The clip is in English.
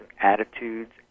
attitudes